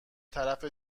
طرف